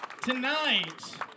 tonight